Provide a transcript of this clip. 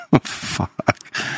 Fuck